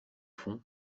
fond